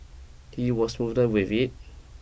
he was with it